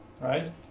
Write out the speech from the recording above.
right